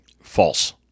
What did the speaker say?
False